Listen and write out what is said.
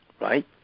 right